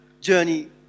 journey